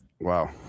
Wow